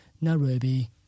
Nairobi